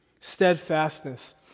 steadfastness